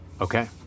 Okay